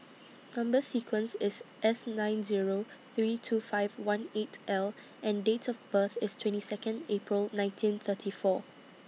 Number sequence IS S nine Zero three two five one eight L and Date of birth IS twenty Second April nineteen thirty four